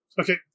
Okay